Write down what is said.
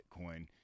Bitcoin